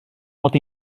mod